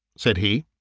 said he.